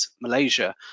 Malaysia